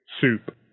soup